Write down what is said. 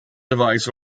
device